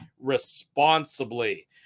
responsibly